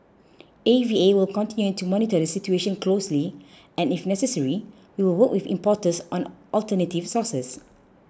A V A will continue to monitor the situation closely and if necessary we will work with importers on alternative sources